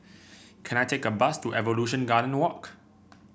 can I take a bus to Evolution Garden Walk